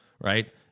Right